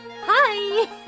Hi